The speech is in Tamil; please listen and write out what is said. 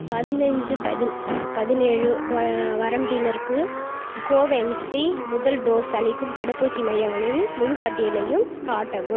பதினைஞ்சு பதி பதினேழு வ வரம்பினருக்கு கோவேன்சி முதல் டோஸ் அளிக்கும் தடுப்பூசி மையங்களின் முழுப்பட்டியலையும் காட்டவும்